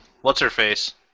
what's-her-face